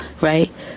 right